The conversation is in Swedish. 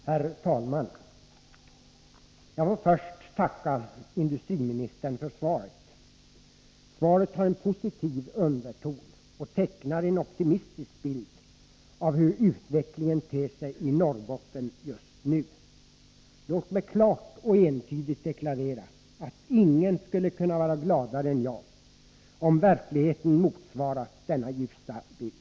Herr talman! Jag ber först att få tacka industriministern för svaret. Det har en positiv underton och tecknar en optimistisk bild av hur utvecklingen ter sig i Norrbotten just nu. Låt mig klart och entydigt deklarera att ingen skulle vara gladare än jag om verkligheten motsvarat denna ljusa bild.